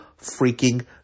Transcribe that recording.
freaking